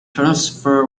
transfer